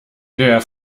der